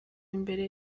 imbere